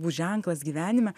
bus ženklas gyvenime